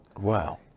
Wow